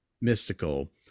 mystical